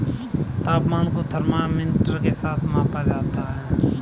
तापमान को थर्मामीटर के साथ मापा जाता है